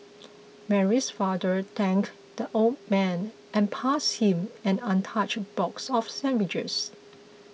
Mary's father thanked the old man and passed him an untouched box of sandwiches